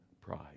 pride